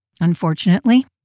Unfortunately